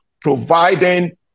providing